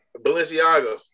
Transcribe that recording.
Balenciaga